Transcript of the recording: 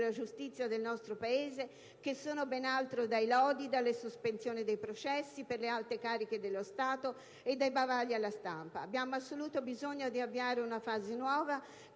giustizia nel nostro Paese, che sono ben altro dai lodi, dalle sospensioni dei processi per le alte cariche dello Stato e dai bavagli alla stampa. Abbiamo assoluto bisogno di avviare una fase nuova che